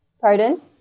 Pardon